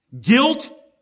Guilt